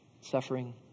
suffering